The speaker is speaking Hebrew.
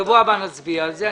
בשבוע הבא נצביע על זה.